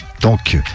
Donc